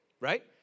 right